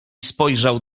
spojrzał